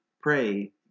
pray